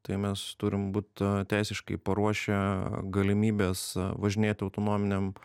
tai mes turim būt teisiškai paruošę galimybes važinėti autonominiam